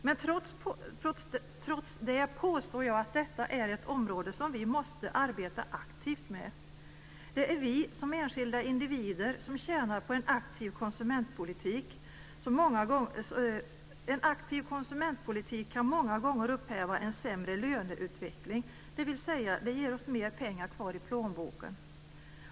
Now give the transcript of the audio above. Men trots det påstår jag att detta är ett område som vi måste arbeta aktivt med. Det vi, som enskilda individer, tjänar på en aktiv konsumentpolitik kan många gånger uppväga en sämre löneutveckling, dvs. att det ger mer pengar i plånboken.